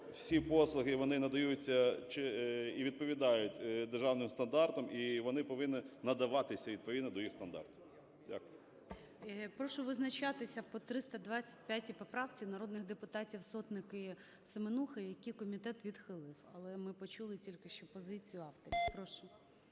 всі послуги, вони надаються і відповідають державним стандартам, і вони повинні надаватися відповідно до їх стандартів. Дякую. ГОЛОВУЮЧИЙ. Прошу визначатися по 325 поправці, народних депутатів Сотник і Семенухи, яку комітет відхилив. Але ми почули тільки що позицію авторів. Прошу.